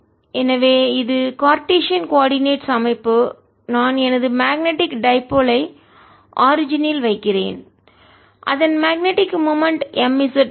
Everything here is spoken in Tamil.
எனவே இது கார்ட்டீசியன் கோஆர்டினேட்ஸ் அமைப்பு நான் எனது மேக்னெட்டிக் டைபோல் ஐ ஆரிஜினில் வைக்கிறேன் அதன் மேக்னெட்டிக் மொமெண்ட் m z ஆகும்